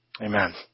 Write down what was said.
amen